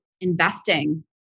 investing